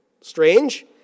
strange